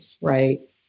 right